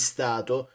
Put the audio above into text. Stato